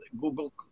Google